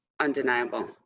undeniable